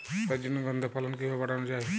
রজনীগন্ধা ফলন কিভাবে বাড়ানো যায়?